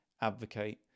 advocate